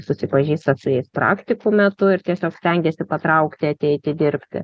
susipažįsta su jais praktikų metu ir tiesiog stengiasi patraukti ateiti dirbti